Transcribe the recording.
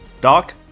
Doc